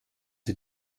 sie